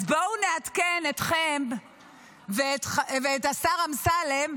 אז בואו נעדכן אתכם ואת השר אמסלם,